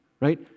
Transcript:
Right